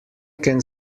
can